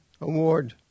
award